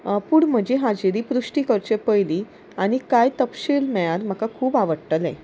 पूण म्हजी हाजिरी पृश्टी करचे पयलीं आनी कांय तपशील मेळ्यार म्हाका खूब आवडटलें